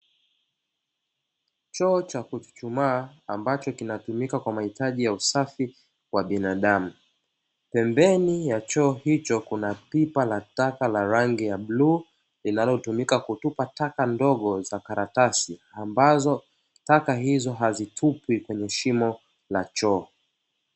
Choo cha kuchuchumaa ambacho kinatumika kwa mahitaji ya usafi wa binadamu, pembeni ya choo hicho kuna pipa la taka la rangi ya bluu, linalotumika kutupa taka ndogo za karatasi ambazo taka hizo hazitupwi kwenye shimo la choo.